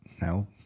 No